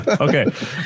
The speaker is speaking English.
okay